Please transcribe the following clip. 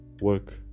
Work